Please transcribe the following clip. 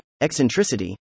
eccentricity